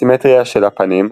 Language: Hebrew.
הסימטריה של הפנים,